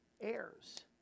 heirs